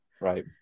Right